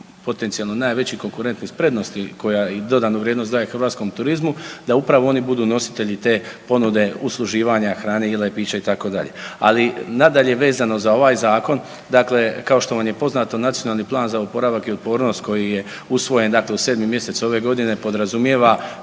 potencijalno najveći konkurenti s prednosti koja i dodatnu vrijednost daje hrvatskom turizmu, da upravo oni budu nositelji te ponude usluživanje hrane, jela i pića itd. Ali nadalje, vezano za ovaj zakon dakle kao što vam je poznato Nacionalni plan za oporavak i otpornost koji je usvojen dakle u sedmi mjesec ove godine podrazumijeva